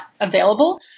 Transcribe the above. available